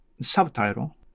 subtitle